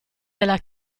della